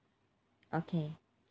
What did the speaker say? okay